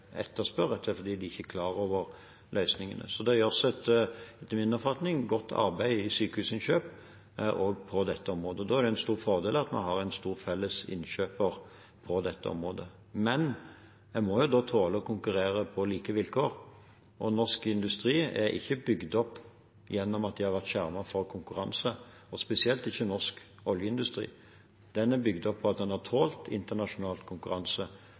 klar over løsningene. Så det gjøres, etter min oppfatning, godt arbeid i Sykehusinnkjøp også på dette området. Da er det en stor fordel at man har en stor felles innkjøper på dette området. Men man må jo da tåle å konkurrere på like vilkår. Norsk industri er ikke bygd opp gjennom at den har vært skjermet mot konkurranse, spesielt ikke norsk oljeindustri. Den er bygd opp ved at den har tålt internasjonal konkurranse,